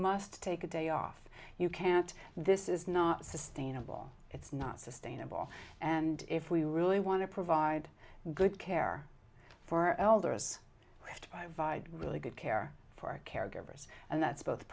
must take a day off you can't this is not sustainable it's not sustainable and if we really want to provide good care for elders right by vied really good care for our caregivers and that's both